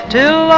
Till